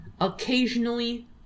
occasionally